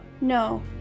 No